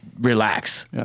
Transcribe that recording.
relax